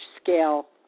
scale